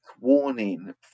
warning